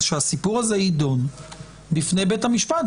אז שהסיפור הזה ידון בפני בית המשפט,